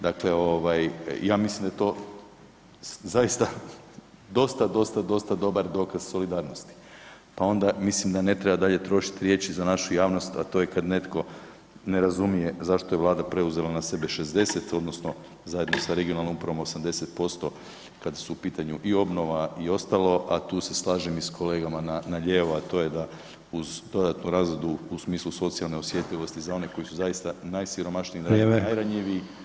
Dakle, ja mislim da je to zaista dosta, dosta dobar dokaz solidarnosti, pa onda mislim da ne treba dalje trošiti riječi za našu javnost, a to je kad netko ne razumije zašto je Vlada preuzela na sebe 60 odnosno zajedno sa regionalnom upravom 80% kada su u pitanju i obnova i ostalo, a tu se slažem i s kolegama na lijevo, a to je da uz dodatnu razradu u smislu socijalne osjetljivosti za one koji su zaista najsiromašniji [[Upadica: Vrijeme.]] dakle najranjiviji treba naći rješenje.